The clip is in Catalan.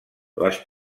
les